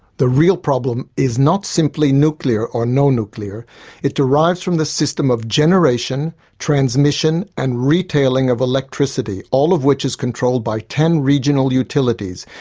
the real problem is not simply nuclear-or-no-nuclear it derives from the system of generation, transmission and retailing of electricity, all of which is controlled by ten regional utilities,